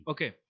Okay